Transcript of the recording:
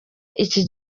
iki